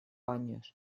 años